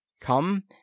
Come